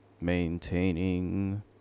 Maintaining